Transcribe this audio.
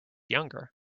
younger